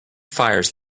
fires